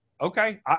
Okay